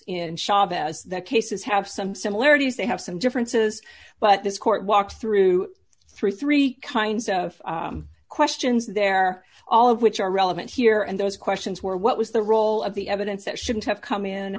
in chavez that cases have some similarities they have some differences but this court walks through thirty three kinds of questions there all of which are relevant here and those questions were what was the role of the evidence that shouldn't have come in